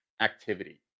activity